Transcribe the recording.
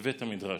בבית המדרש.